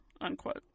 unquote